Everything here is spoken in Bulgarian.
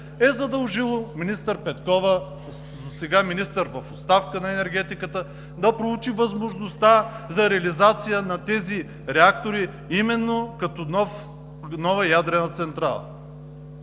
е задължило министър Петкова, засега министър в оставка на енергетиката, да проучи възможността за реализация на тези реактори, именно като нова ядрена централа,